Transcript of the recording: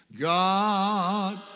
God